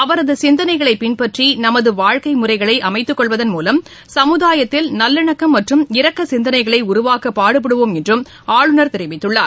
அவரது சிந்தனைகளை பின்பற்றி நமது வாழ்க்கை முறைகளை அமைத்துக்கொள்வதன் மூலம் சமுதாயத்தில் நல்லிணக்கம் மற்றும் இரக்க சித்தனைகளை உருவாக்க பாடுபடுவோம் என்றும் ஆளுநர் தெரிவித்துள்ளார்